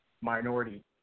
minority